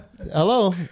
Hello